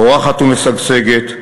פורחת ומשגשגת,